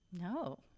No